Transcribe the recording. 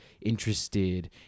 interested